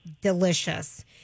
delicious